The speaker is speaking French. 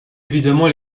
évidemment